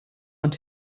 und